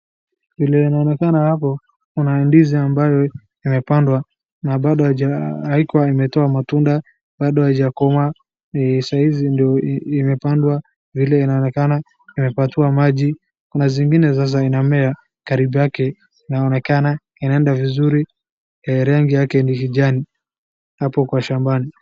Vile inaonekana hapo kuna ndizi ambayo imepandwa na bado haikuwa imetoa matunda, bado haijakomaa ni sahizi ndo imepandwa vile inaonekana, imepatiwa maji, kuna zingine za aina mmea karibu yake na inaonekana inaenda vizuri, rangi yake ni kijani hapo kwa shambani.